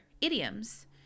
idioms